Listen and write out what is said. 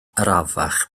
arafach